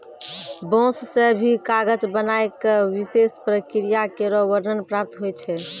बांस सें भी कागज बनाय क विशेष प्रक्रिया केरो वर्णन प्राप्त होय छै